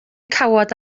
cawod